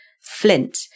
Flint